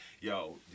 yo